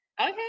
okay